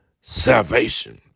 salvation